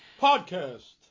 Podcast